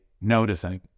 noticing